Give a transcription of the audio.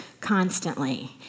constantly